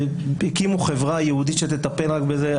והקימו חברה ייעודית שתטפל רק בזה.